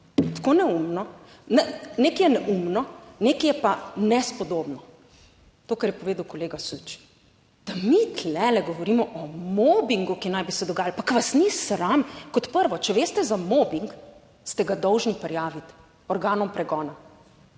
tako neumno. Nekaj je neumno, nekaj je pa nespodobno, to, kar je povedal kolega Suč. Da mi tu govorimo o mobingu, ki naj bi se dogajalo, pa ko vas ni sram. Kot prvo, če veste za mobing, ste ga dolžni prijaviti organom pregona.